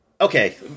okay